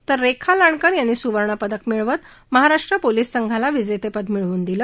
तर रेखा लांडकर यांनी सुवर्णपदक मिळवत महाराष्ट्र पोलिस संघाला विजेतेपद मिळवून दिलं